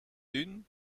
dünn